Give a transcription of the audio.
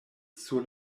sur